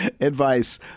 advice